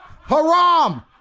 Haram